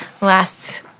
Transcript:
last